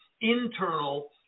internal